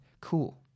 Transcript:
Cool